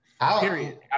Period